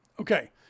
Okay